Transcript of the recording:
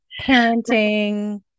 parenting